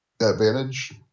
advantage